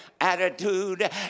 attitude